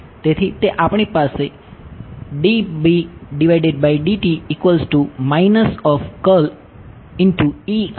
તેથી તે આપણી પાસે હતું